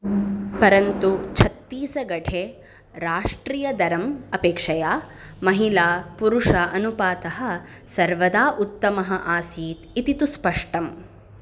परन्तु छत्तीसगढे राष्ट्रिय दरम् अपेक्षया महिलापुरुष अनुपातः सर्वदा उत्तमः आसीत् इति तु स्पष्टम्